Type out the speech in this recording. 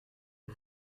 que